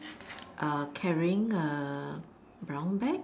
uh carrying a brown bag